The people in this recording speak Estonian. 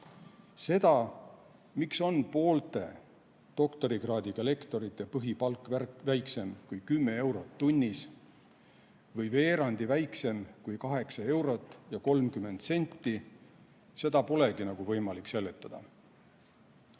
Seda, miks on poolte doktorikraadiga lektorite põhipalk väiksem kui 10 eurot tunnis või veerandil väiksem kui 8 eurot ja 30 senti, seda polegi nagu võimalik seletada.